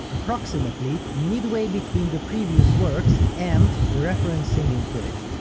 approximately midway between the previous works and the reference singing footage.